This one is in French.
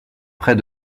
près